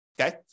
okay